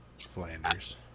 Flanders